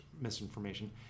misinformation